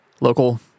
local